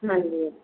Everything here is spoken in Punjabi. ਹਾਂਜੀ